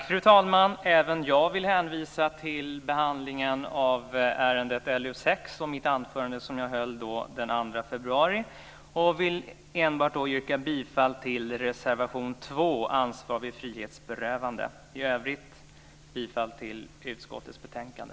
Fru talman! Även jag vill hänvisa till behandlingen av betänkande LU6 och till det anförande som jag höll den 2 februari. I dag nöjer jag mig med att yrka bifall till reservation 2 om ansvaret vid frihetsberövanden. I övrigt yrkar jag bifall till hemställan i utskottets betänkande.